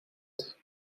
hat